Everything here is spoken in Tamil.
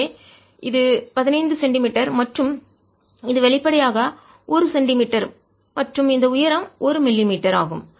எனவே இது 15 சென்டிமீட்டர் மற்றும் இது வெளிப்படையாக 1 சென்டிமீட்டர் மற்றும் இந்த உயரம் 1 மில்லி மீட்டர் ஆகும்